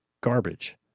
garbage